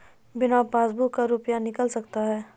बिना पासबुक का रुपये निकल सकता हैं?